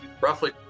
roughly